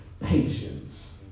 patience